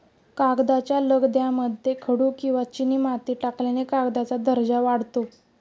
कागदाच्या लगद्यामध्ये खडू किंवा चिनीमाती टाकल्याने कागदाचा दर्जा वाढतो